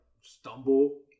stumble